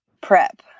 prep